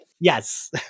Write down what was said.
yes